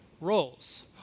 roles